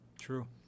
True